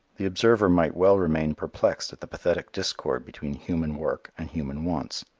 the observer might well remain perplexed at the pathetic discord between human work and human wants.